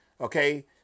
okay